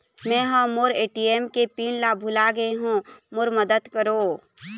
मै ह मोर ए.टी.एम के पिन ला भुला गे हों मोर मदद करौ